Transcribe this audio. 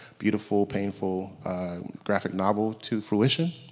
beautiful, painful graphic novel to fruition.